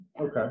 Okay